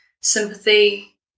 sympathy